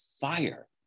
fire